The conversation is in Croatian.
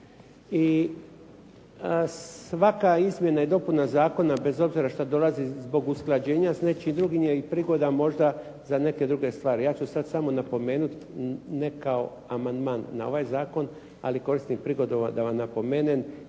I svaka izmjena i dopuna zakona, bez obzira što dolazi zbog usklađenja s nečim drugim je i prigoda možda za neke druge stvari. Ja ću sad samo napomenuti, ne kao amandman na ovaj zakon, ali koristim prigodu da vam napomenem